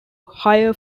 higher